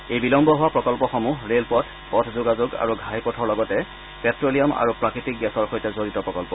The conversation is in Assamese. এই বিলম্ব হোৱা প্ৰকল্পসমূহ ৰেলপথ পথ যোগাযোগ আৰু ঘাইপথৰ লগতে প্টেলিয়াম আৰু প্ৰাকৃতিক গেছৰ সৈতে জৰিত প্ৰকল্প